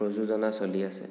প্ৰযোজনা চলি আছে